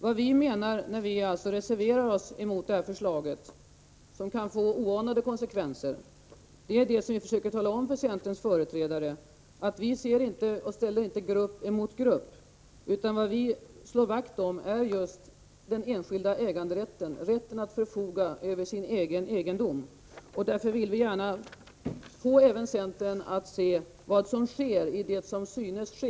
Vad vi menar när vi reserverar oss mot detta förslag, som kan få oanade konsekvenser, är det som vi försöker tala om för centerns företrädare, nämligen att vi inte ställer grupp emot grupp men slår vakt om just den enskilda äganderätten, rätten att förfoga över sin egen egendom. Därför vill vi gärna få även centern att se vad som sker i det som synes ske.